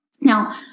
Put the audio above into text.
Now